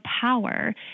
power